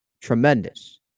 Tremendous